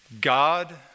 God